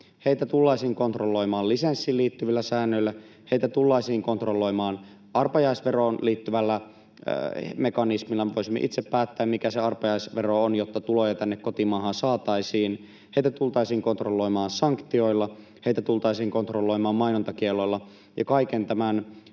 Heitä tultaisiin kontrolloimaan lisenssiin liittyvillä säännöillä, heitä tultaisiin kontrolloimaan arpajaisveroon liittyvällä mekanismilla: me voisimme itse päättää, mikä se arpajaisvero on, jotta tuloja tänne kotimaahan saataisiin. Heitä tultaisiin kontrolloimaan sanktioilla, heitä tultaisiin kontrolloimaan mainontakielloilla. Ja kaiken tämän